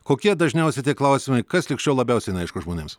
kokie dažniausi tie klausimai kas lig šiol labiausiai neaišku žmonėms